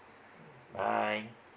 bye